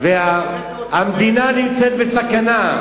והמדינה נמצאת בסכנה.